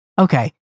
okay